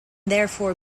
therefore